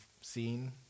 seen